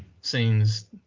scenes